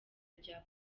rya